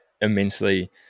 immensely